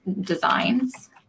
designs